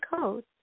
code